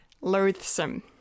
loathsome